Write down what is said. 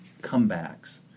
comebacks